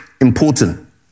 important